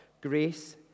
grace